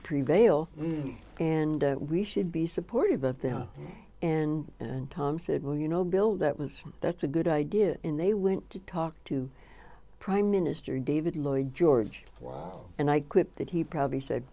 prevail and we should be supportive of them and and tom said well you know bill that was that's a good idea when they went to talk to prime minister david lloyd george and i quipped that he probably sa